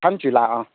ꯐꯟꯆꯨꯏꯂꯥ ꯑꯥ